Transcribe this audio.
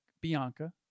Bianca